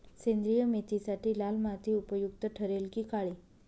सेंद्रिय मेथीसाठी लाल माती उपयुक्त ठरेल कि काळी?